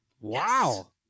Wow